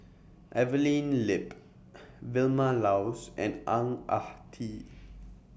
Evelyn Lip Vilma Laus and Ang Ah Tee